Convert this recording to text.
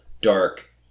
Dark